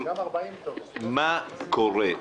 מה קורה.